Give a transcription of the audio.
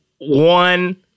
one